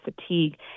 fatigue